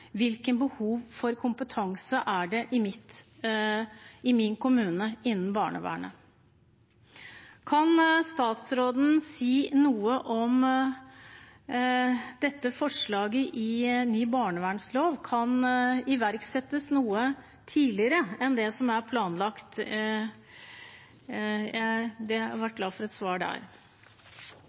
er for kompetanse i deres kommune innen barnevernet. Kan statsråden si noe om hvorvidt dette forslaget i ny barnevernslov kan iverksettes noe tidligere enn det som er planlagt? Jeg hadde vært glad for et svar der.